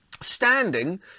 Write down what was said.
standing